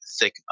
thick